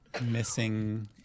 Missing